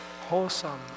wholesome